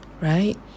Right